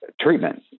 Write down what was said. treatment